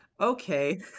okay